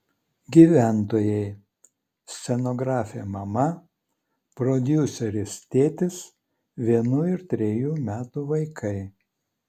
gyventojai scenografė mama prodiuseris tėtis vienų ir trejų metų vaikai